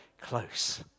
close